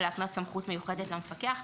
ולהקנות סמכות מיוחדת למפקח.